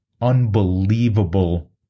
unbelievable